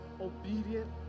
obedient